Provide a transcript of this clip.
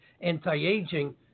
anti-aging